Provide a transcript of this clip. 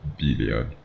billion